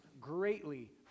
greatly